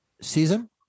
season